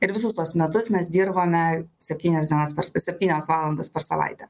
ir visus tuos metus mes dirbame septynias dienas per septynias valandas per savaitę